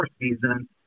season